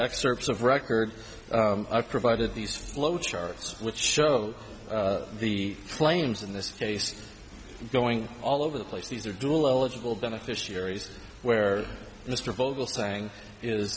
excerpts of record i've provided these flow charts which show the flames in this case going all over the place these are dual eligible beneficiaries where mr vogel saying is